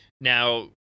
Now